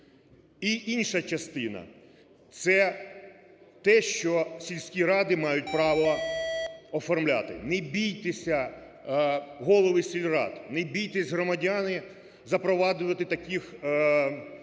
інша частина. Це те, що сільські ради мають право оформляти. Не бійтеся, голови сільрад. Не бійтесь, громадяни, запроваджувати… таких